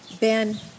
Ben